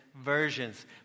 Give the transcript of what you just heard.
versions